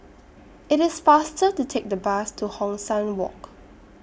IT IS faster to Take The Bus to Hong San Walk